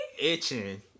itching